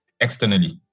externally